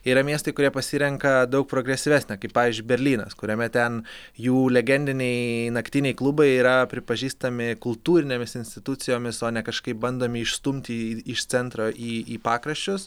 yra miestai kurie pasirenka daug progresyvesnį kaip pavyzdžiui berlynas kuriame ten jų legendiniai naktiniai klubai yra pripažįstami kultūrinėmis institucijomis o ne kažkaip bandomi išstumti iš centro į į pakraščius